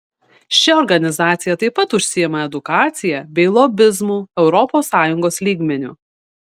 ši organizacija taip pat užsiima edukacija bei lobizmu europos sąjungos lygmeniu